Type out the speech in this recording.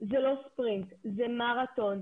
זה מרתון.